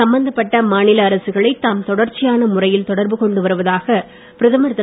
சம்பந்தப்பட்ட மாநில அரசுகளை தாம் தொடர்ச்சியான முறையில் தொடர்பு கொண்டு வருவதாக பிரதமர் திரு